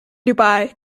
dubai